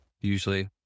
usually